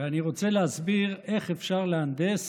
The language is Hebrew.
ואני רוצה להסביר איך אפשר להנדס